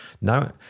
No